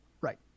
Right